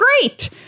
Great